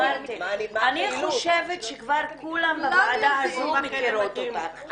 אני חושבת שכולן בוועדה הזאת מכירות אותך.